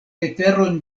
leterojn